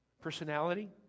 Personality